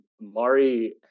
Mari